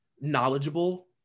knowledgeable